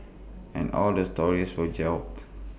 and all the stories were gelled